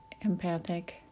empathic